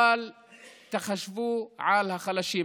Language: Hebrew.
אבל תחשבו על החלשים.